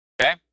Okay